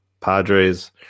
Padres